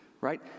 right